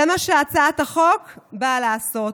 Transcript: זה מה שהצעת החוק באה לעשות,